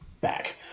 back